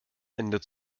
ende